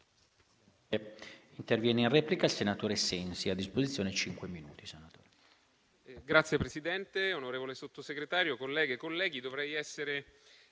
Signor Presidente, onorevole Sottosegretario, colleghe e colleghi, dovrei essere